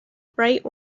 bright